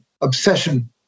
obsession